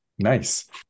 nice